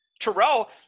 Terrell